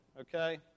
okay